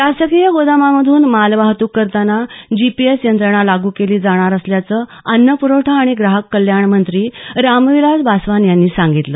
शासकीय गोदामांमधून मालवाहतुक करताना जीपीएस यंत्रणा लागू केली जाणार असल्याचं अन्न प्रवठा आणि ग्राहक कल्याण मंत्री रामविलास पासवान यांनी सांगितलं